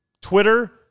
Twitter